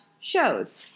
shows